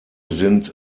sind